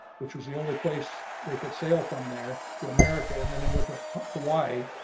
which was the only place they could sail from there to america and then it went to hawaii.